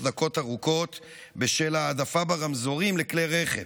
דקות ארוכות בשל העדפה ברמזורים לכלי רכב.